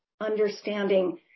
understanding